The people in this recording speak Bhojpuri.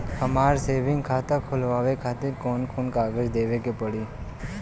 हमार सेविंग खाता खोलवावे खातिर कौन कौन कागज देवे के पड़ी?